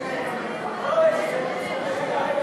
להסיר מסדר-היום את הצעת חוק